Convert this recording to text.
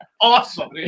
awesome